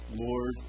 Lord